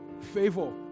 Favor